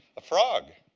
a frog.